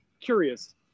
curious